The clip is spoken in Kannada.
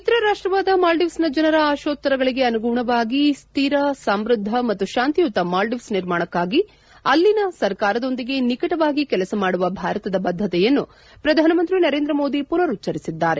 ಮಿತ್ರ ರಾಷ್ಟವಾದ ಮಾಲ್ಡೀವ್ಸ್ನ ಜನರ ಆಶೋತ್ತರಗಳಿಗೆ ಅನುಗುಣವಾಗಿ ಸ್ಥಿರ ಸಮ್ಯದ್ದ ಮತ್ತು ಶಾಂತಿಯುತ ಮಾಲ್ಲೀವ್ಸ್ ನಿರ್ಮಾಣಕ್ನಾಗಿ ಅಲ್ಲಿನ ಸರ್ಕಾರದೊಂದಿಗೆ ನಿಕಟವಾಗಿ ಕೆಲಸ ಮಾಡುವ ಭಾರತದ ಬದ್ಗತೆಯನ್ನು ಪ್ರಧಾನಮಂತ್ರಿ ನರೇಂದ್ರ ಮೋದಿ ಪುನರುಚ್ಟರಿಸಿದ್ದಾರೆ